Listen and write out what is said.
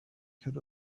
could